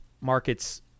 markets